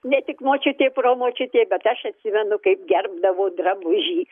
ne tik močiutė promočiutė bet aš atsimenu kaip gerbdavo drabužį